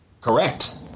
Correct